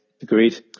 agreed